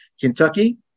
Kentucky